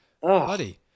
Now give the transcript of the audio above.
Buddy